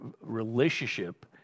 relationship